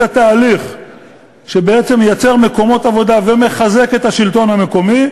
התהליך שבעצם מייצר מקומות עבודה ומחזק את השלטון המקומי,